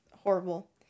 horrible